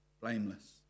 blameless